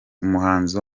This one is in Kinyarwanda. umuhanzi